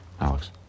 Alex